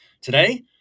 Today